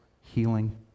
healing